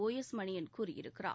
ஒ எஸ் மணியன் கூறியிருக்கிறார்